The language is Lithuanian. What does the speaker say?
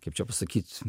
kaip čia pasakyt